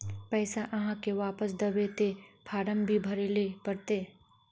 पैसा आहाँ के वापस दबे ते फारम भी भरें ले पड़ते?